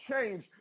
change